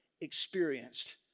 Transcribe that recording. experienced